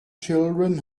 children